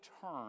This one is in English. turn